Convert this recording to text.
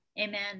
Amen